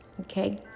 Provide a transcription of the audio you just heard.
okay